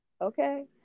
Okay